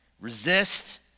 resist